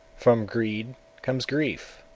from greed comes grief,